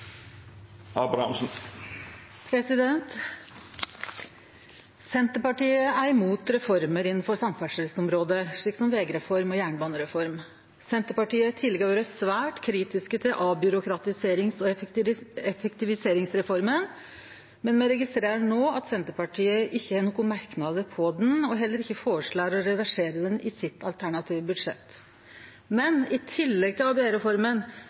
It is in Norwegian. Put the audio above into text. imot reformer innanfor samferdselsområdet, slik som vegreform og jernbanereform. Senterpartiet har tidlegare vore svært kritisk til avbyråkratiserings- og effektiviseringsreforma, men me registrerer no at Senterpartiet ikkje har nokon merknader om henne og heller ikkje føreslår å reversere henne i sitt alternative budsjett. I tillegg til ABE-reforma har Senterpartiet lagt opp til eit såkalla byråkratikutt på 2,1 mrd. kr i tillegg til